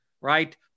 Right